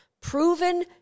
proven